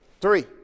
Three